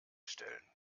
stellen